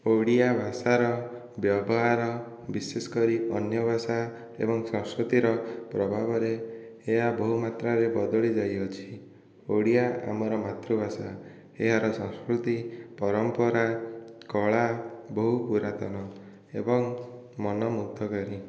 ଓଡ଼ିଆ ଭାଷାର ବ୍ୟବହାର ବିଶେଷ କରି ଅନ୍ୟ ଭାଷା ଏବଂ ସଂସ୍କୃତିର ପ୍ରଭାବରେ ଏହା ବହୁ ମାତ୍ରାରେ ବଦଳି ଯାଇଅଛି ଓଡ଼ିଆ ଆମର ମାତୃଭାଷା ଏହାର ସଂସ୍କୃତି ପରମ୍ପରା କଳା ବହୁ ପୁରାତନ ଏବଂ ମନ ମୁଗ୍ଧକାରୀ